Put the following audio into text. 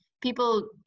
people